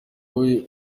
wowe